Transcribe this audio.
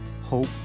hope